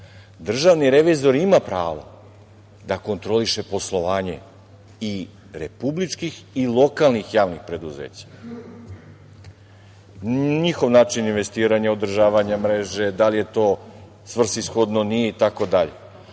Državni revizor ima pravo da kontroliše poslovanje i republičkih i lokalnih javnih preduzeća, njihov način investiranja, održavanja mreže, da li je to svrsishodno, nije i tako dalje,